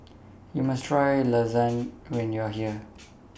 YOU must Try Lasagne when YOU Are here